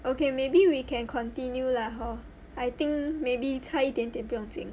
okay maybe we can continue lah hor I think maybe 差一点点不用紧